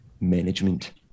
management